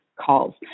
calls